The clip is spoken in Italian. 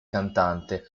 cantante